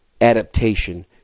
adaptation